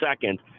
second